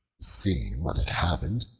seeing what had happened,